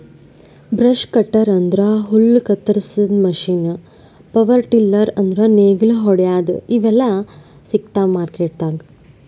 brush cutter ಅಂದ್ರ ಹುಲ್ಲ್ ಕತ್ತರಸಾದ್ ಮಷೀನ್ ಪವರ್ ಟಿಲ್ಲರ್ ಅಂದ್ರ್ ನೇಗಿಲ್ ಹೊಡ್ಯಾದು ಇವೆಲ್ಲಾ ಸಿಗ್ತಾವ್ ಮಾರ್ಕೆಟ್ದಾಗ್